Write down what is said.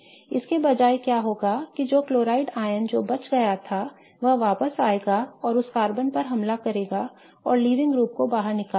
इसके बजाय क्या होगा कि जो क्लोराइड आयन जो बच गया था वह वापस आएगा और इस कार्बन पर हमला करेगा और लीविंग ग्रुप को बाहर निकाल देगा